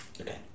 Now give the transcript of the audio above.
Okay